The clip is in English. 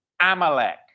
Amalek